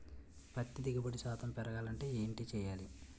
పత్తి దిగుబడి శాతం పెరగాలంటే ఏంటి చేయాలి?